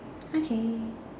okay